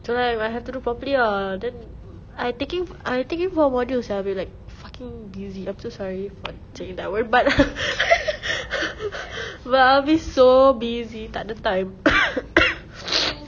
so like I have to do properly lah then I taking I taking four modules sia babe like fucking busy I'm so sorry for saying that word but but I'll be so busy tak ada time